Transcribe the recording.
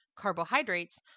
carbohydrates